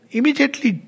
Immediately